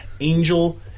Angel